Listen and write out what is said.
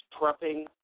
prepping